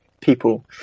People